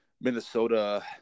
Minnesota